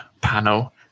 panel